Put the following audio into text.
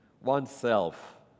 oneself